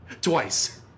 Twice